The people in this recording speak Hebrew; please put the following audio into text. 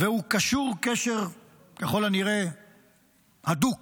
והוא קשור קשר ככל הנראה הדוק